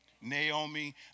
Naomi